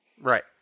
Right